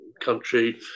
country